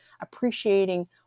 appreciating